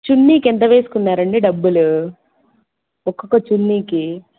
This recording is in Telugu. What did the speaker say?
చున్నీకి ఎంత వేసుకున్నారు అండి డబ్బులు ఒక్కొక్క చున్నీకి